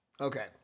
Okay